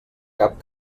cap